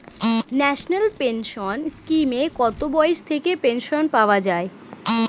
National pension স্কিমে কত বয়স থেকে পেনশন পাওয়া যায়?